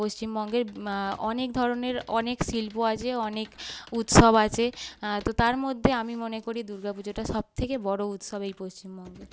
পশ্চিমবঙ্গের অনেক ধরনের অনেক শিল্প আছে অনেক উৎসব আছে তো তার মধ্যে আমি মনে করি দুর্গা পুজোটা সবথেকে বড় উৎসব এই পশ্চিমবঙ্গের